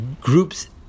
groups